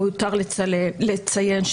מיותר לציין,